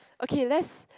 okay lets